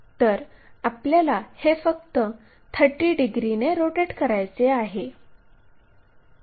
तर आपल्याला हे फक्त 30 डिग्रीने रोटेट करायचे आहे